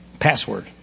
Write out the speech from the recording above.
Password